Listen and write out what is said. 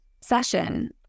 session